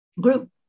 group